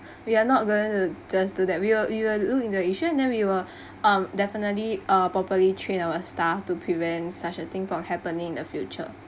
we are not going to just do that we will we will look into the issue and then we will um definitely uh properly train our staff to prevent such a thing from happening in the future